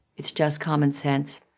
it's just common sense.